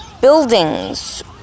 buildings